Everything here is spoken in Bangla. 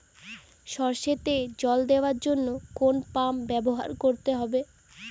সরষেতে জল দেওয়ার জন্য কোন পাম্প ব্যবহার করতে হবে?